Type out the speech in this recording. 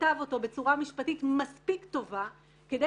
כתב אותו בצורה משפטית מספיק טובה כדי